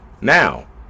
Now